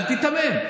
אל תיתמם.